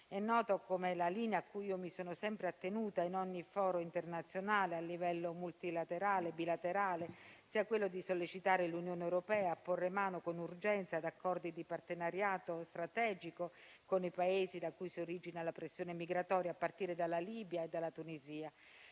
È noto come la linea a cui mi sono sempre attenuta, in ogni foro internazionale, a livello multilaterale e bilaterale, sia quella di sollecitare l'Unione europea a porre mano con urgenza ad accordi di partenariato strategico con i Paesi da cui si origina la pressione migratoria, a partire dalla Libia e dalla Tunisia.